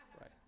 Right